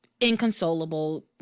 inconsolable